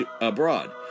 abroad